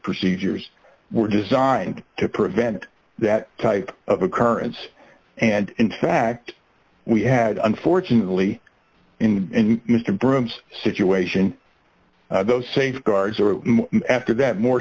procedures were designed to prevent that type of occurrence and in fact we had unfortunately in broome's situation those safeguards are after that more